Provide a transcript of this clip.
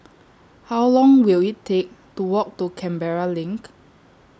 How Long Will IT Take to Walk to Canberra LINK